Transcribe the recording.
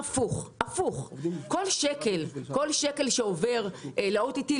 כל שקל שעובר ל-OTT,